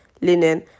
linen